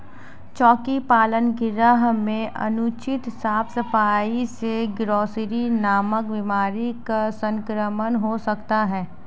चोकी पालन गृह में अनुचित साफ सफाई से ग्रॉसरी नामक बीमारी का संक्रमण हो सकता है